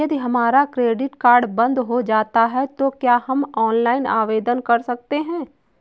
यदि हमारा credit card बंद हो जाता है तो क्या हम ऑनलाइन आवेदन कर सकते हैं?